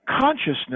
consciousness